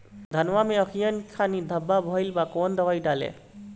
धनवा मै अखियन के खानि धबा भयीलबा कौन दवाई डाले?